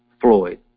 Floyd